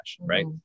right